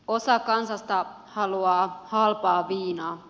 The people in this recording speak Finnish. osa kansasta haluaa halpaa viinaa